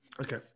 Okay